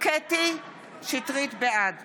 קטרין שטרית, בעד